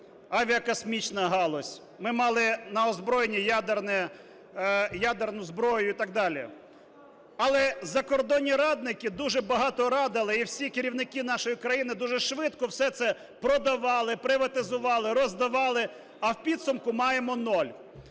авіакосмічна галузь, ми мали на озброєнні ядерну зброю і так далі. Але закордонні радники дуже багато радили і всі керівники нашої країни дуже швидко все це продавали приватизували, роздавали, а в підсумку маємо нуль.